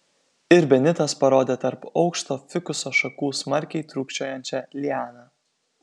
ir benitas parodė tarp aukšto fikuso šakų smarkiai trūkčiojančią lianą